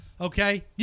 Okay